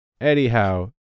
anyhow